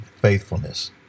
faithfulness